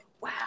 Wow